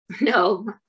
No